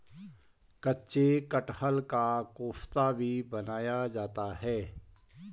कच्चे कटहल का कोफ्ता भी बनाया जाता है